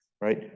right